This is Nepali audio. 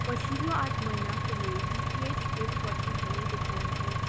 पछिल्लो आठ महिनाको मेरो डिटिएच बिल पठनहरू देखाउनुहोस्